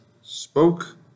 spoke